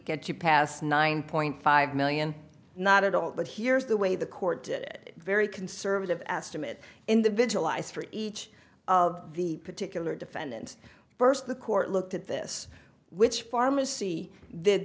get you past nine point five million not at all but here's the way the court did it very conservative estimate in the vigil eyes for each of the particular defendant first the court looked at this which pharmacy